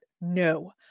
No